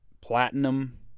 platinum